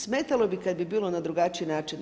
Smetalo bi kad bi bilo na drugačiji način.